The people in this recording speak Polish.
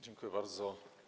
Dziękuję bardzo.